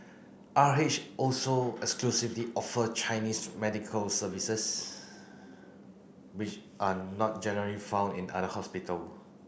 R H also exclusively offer Chinese medical services which are not generally found in other hospital